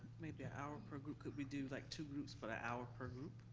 maybe a hour per group, could we do like two groups, but an hour per group?